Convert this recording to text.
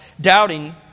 doubting